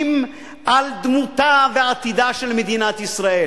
נלחמים על דמותה ועתידה של מדינת ישראל.